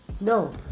no